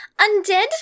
undead